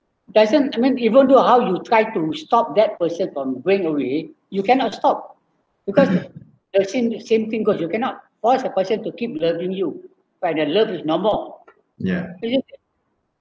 doesn't I mean even though how you try to stop that person from going away you cannot stop because the same same thing cause you cannot force the person to keep loving you but the love is no more isn't it